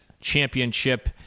championship